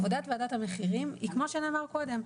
עבודת וועדת המחירים היא כמו שנאמר קודם,